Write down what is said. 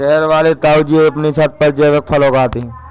शहर वाले ताऊजी अपने छत पर जैविक फल उगाते हैं